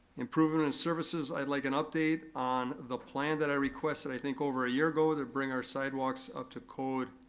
improvement in services, i'd like an update on the plan that i requested i think over a year ago, ah to bring our sidewalks up to code.